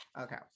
Okay